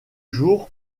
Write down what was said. jour